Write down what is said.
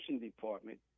department